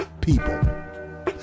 people